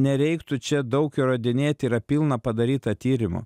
nereiktų čia daug įrodinėt yra pilna padaryta tyrimų